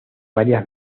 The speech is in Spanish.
varias